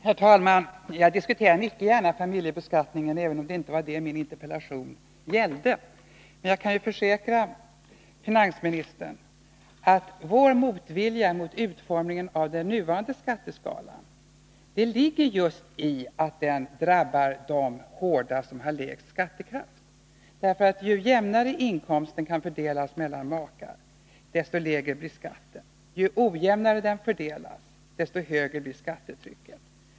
Herr talman! Jag diskuterar mycket gärna familjebeskattningen, även om min interpellation inte gällde den. Men jag kan försäkra finansministern att vår motvilja mot utformningen av den nuvarande skatteskalan ligger just i att den hårdast drabbar dem som har lägst skattekraft. Ju jämnare inkomsten kan fördelas mellan makar, desto lägre blir nämligen skatten, och ju ojämnare den fördelas, desto högre blir skattetrycket.